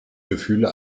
gefühle